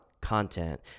content